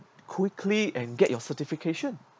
quickly and get your certification